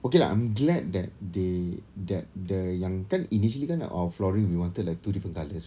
okay lah I'm glad that they that the yang kan initially kan our flooring we wanted like two different colours